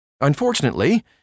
Unfortunately